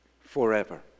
forever